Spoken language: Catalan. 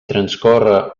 transcorre